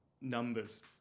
numbers